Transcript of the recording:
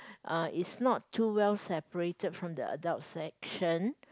uh it's not too well separated from the adult section